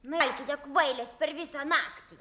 nu eikite kvailės per visą naktį